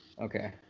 Okay